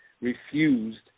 refused